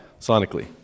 Sonically